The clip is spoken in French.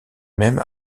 même